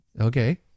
Okay